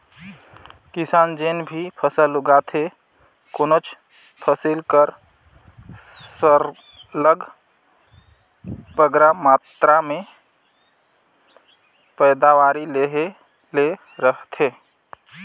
किसान जेन भी फसल उगाथे कोनोच फसिल कर सरलग बगरा मातरा में पएदावारी लेहे ले रहथे